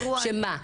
שמה?